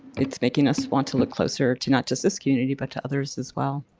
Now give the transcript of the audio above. it's making us want to look closer to not just this community but to others as well.